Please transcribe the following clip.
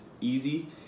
easy